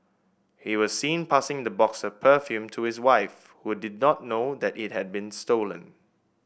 he was seen passing the box of perfume to his wife who did not know that it had been stolen